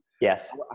Yes